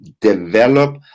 develop